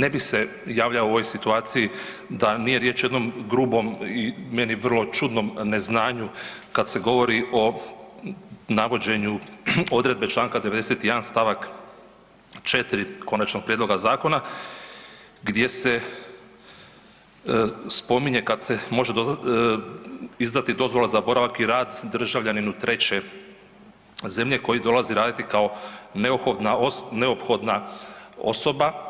Ne bi se javljao u ovoj situaciji da nije riječ o jednom grubom i meni vrlo čudnom neznanju kad se govori o navođenju odredbe čl. 91. st. 4. Konačnog prijedloga zakona gdje se spominje kad se može izdati dozvola za boravak i rad državljaninu treće zemlje koji dolazi raditi kao neophodna osoba